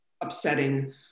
upsetting